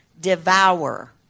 devour